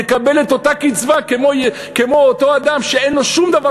יקבל את אותה קצבה כמו אותו אדם שאין לו שום דבר